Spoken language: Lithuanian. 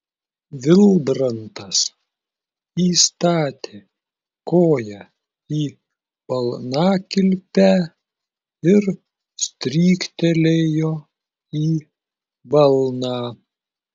vilbrantas įstatė koją į balnakilpę ir stryktelėjo į balną